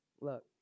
Look